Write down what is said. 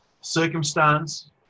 circumstance